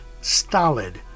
stolid